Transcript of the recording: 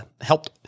helped